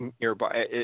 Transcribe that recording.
nearby